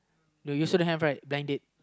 no you also don't have right blind date